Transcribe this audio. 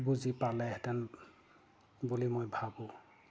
বুজি পালেহেঁতেন বুলি মই ভাবোঁ